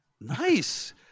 Nice